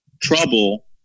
trouble